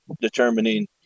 determining